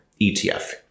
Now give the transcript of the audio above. ETF